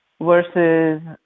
versus